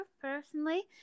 personally